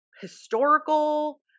historical